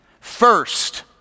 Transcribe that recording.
First